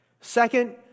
Second